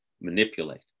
manipulate